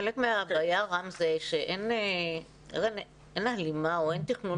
חלק מן הבעיה זה שאין הלימה או אין תכנון